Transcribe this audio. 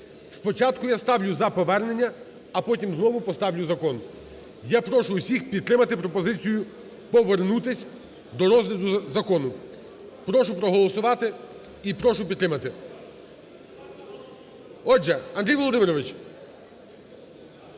Спочатку я ставлю за повернення, а потім знову поставлю закон. Я прошу всіх підтримати пропозицію повернутися до розгляду закону. Прошу проголосувати і прошу підтримати. Отже, Андрій Володимирович,